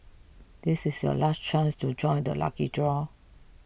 this is your last chance to join the lucky draw